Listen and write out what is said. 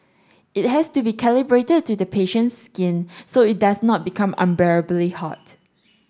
it has to be calibrated to the patient's skin so it does not become unbearably hot